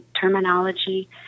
terminology